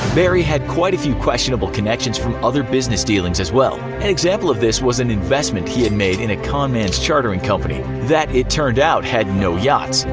barry had quite a few questionable connections from other business dealings as well. an example of this was an investment he had made in a con man's chartering company that, it turned out, had no yachts.